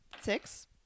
six